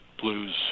blues